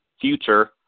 future